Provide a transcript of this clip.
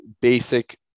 basic